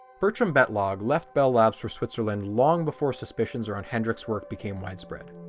bertram batlogg left bell labs for switzerland long before suspicions are on hendrik's work became widespread.